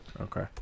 okay